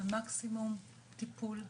מקסימום טיפול ומניעה.